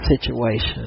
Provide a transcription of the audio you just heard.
situation